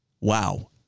Wow